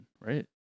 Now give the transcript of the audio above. right